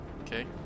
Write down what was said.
Okay